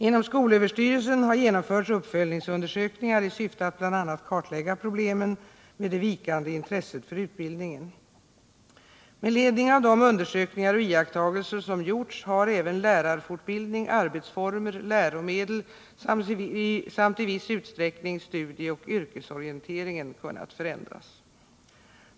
Inom skolöverstyrelsen har genomförts uppföljningsundersökningar i syfte att bl.a. kartlägga problemen med det vikande intresset för utbildningen. Med ledning av de undersökningar och iakttagelser som gjorts har även lärarfortbildning, arbetsformer, läromedel samt i viss utsträckning studieoch yrkesorienteringen kunnat förändras.